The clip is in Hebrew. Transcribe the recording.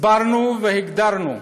הסברנו והגדרנו: